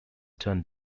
turned